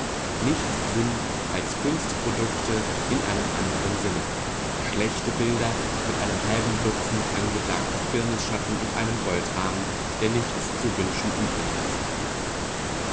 nichts sind als kunstprodukte in einem anderen sinne schlechte bilder mit einem halben dutzend angeblakter firnis schichten und einem goldrahmen der nichts zu wünschen